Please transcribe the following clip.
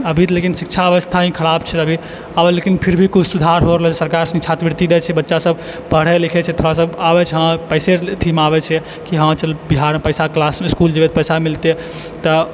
अभी तऽ लेकिन शिक्षा व्यवस्था ही खराप छै अभी फिर भी लेकिन किछु सुधार हो रहल छै सरकार छात्रवृत्ति दै छै बच्चा सब पढै लिखै छै थोड़ा सा आबै छै पैसे अथी मे आबै छै कि हँ चल बिहार मे पैसा क्लास मे इसकुल जेबै तऽ पैसा मिलतै तऽ